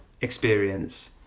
experience